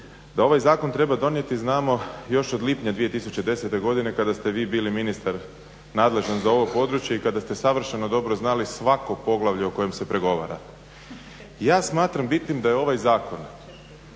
da ovaj zakon treba donijeti znamo još od lipnja 2010. godine kada ste vi bili ministar nadležan za ovo područje i kada ste savršeno dobro znali svako poglavlje o kojem se pregovara. Ja smatram bitnim da je ovaj zakon